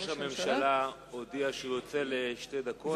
ראש הממשלה הודיע שהוא יוצא לשתי דקות.